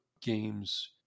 games